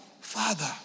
Father